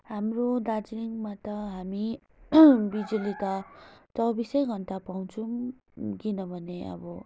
हाम्रो दार्जिलिङमा त हामी बिजुली त चौबिसै घन्टा पाउँछौँ किनभने अब